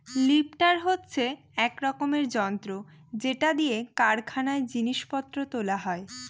lifter হচ্ছে এক রকমের যন্ত্র যেটা দিয়ে কারখানায় জিনিস পত্র তোলা হয়